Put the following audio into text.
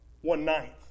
One-ninth